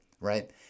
Right